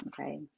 okay